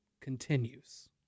continues